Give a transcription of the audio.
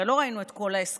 הרי לא ראינו את כל ההסכמים.